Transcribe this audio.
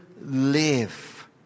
live